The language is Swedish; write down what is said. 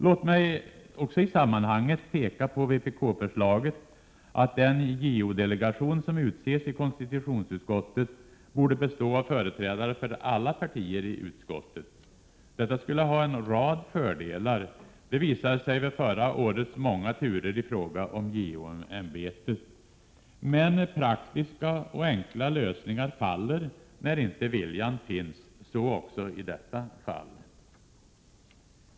Låt mig i sammanhanget också peka på vpk-förslaget att den JO delegation som utses i konstitutionsutskottet borde bestå av företrädare för alla partier i utskottet. Detta skulle ha en rad fördelar — det visade sig vid förra årets många turer i fråga om JO-ämbetet. Men praktiska och enkla lösningar faller när inte viljan finns. Så också i detta fall.